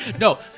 no